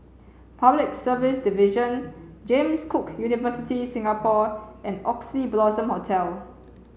public service division James Cook University Singapore and Oxley Blossom Hotel